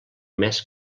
més